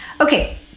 Okay